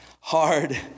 hard